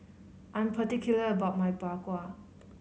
I'm particular about my Bak Kwa